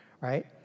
right